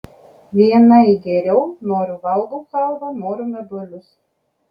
vienai geriau noriu valgau chalvą noriu meduolius